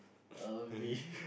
uh maybe